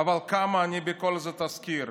אבל כמה אני בכל זאת אזכיר.